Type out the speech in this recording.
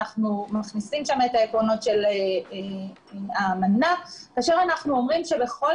אנחנו מכניסים שם את העקרונות של האמנה ואנחנו אומרים שבכל